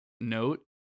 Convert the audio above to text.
note